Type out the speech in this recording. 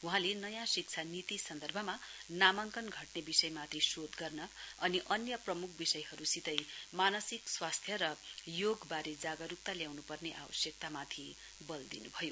वहाँले नयाँ शिक्षा नीतिको सन्दर्भमा नामाङ्कन घट्ने विषयमाथि शोध गर्न अनि अन्य प्रमुख विषयहरुसितै मानसिक स्वास्थ्य र योग वारे जागरुकता ल्याउनुपर्ने आवश्यक्तामाथि बल दिनुभयो